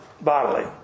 bodily